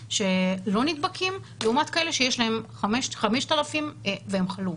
שלא נדבקים לעומת כאלה שיש להם 5,000 והם חלו,